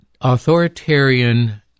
authoritarian